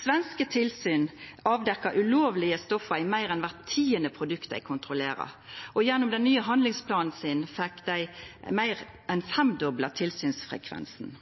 Svenske tilsyn avdekte ulovlege stoff i meir enn kvart tiande produkt dei kontrollerer, og gjennom deira nye handlingsplan fekk dei meir enn femdobla tilsynsfrekvensen,